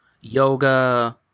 yoga